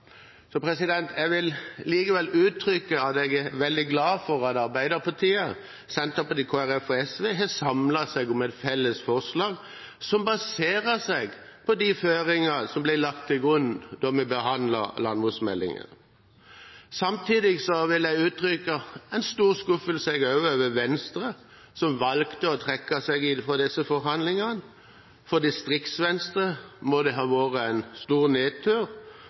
Jeg vil likevel uttrykke at jeg er veldig glad for at Arbeiderpartiet, Senterpartiet, Kristelig Folkeparti og SV har samlet seg om et felles forslag, som baserer seg på de føringer som ble lagt til grunn da vi behandlet landbruksmeldingen. Samtidig vil også jeg uttrykke en stor skuffelse over Venstre, som valgte å trekke seg fra disse forhandlingene – for Distrikts-Venstre må det ha vært en stor